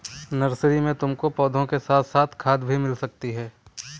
nursery में तुमको पौधों के साथ साथ खाद भी मिल सकती है